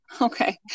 Okay